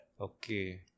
Okay